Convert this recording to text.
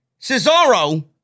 Cesaro